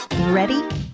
ready